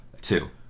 Two